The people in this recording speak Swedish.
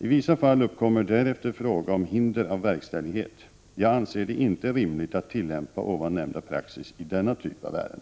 I vissa fall uppkommer därefter fråga om hinder av verkställighet. Jag anser det inte rimligt att tillämpa ovan nämnda praxis i denna typ av ärenden.